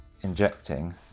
injecting